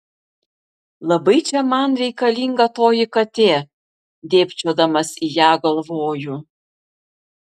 labai čia man reikalinga toji katė dėbčiodamas į ją galvoju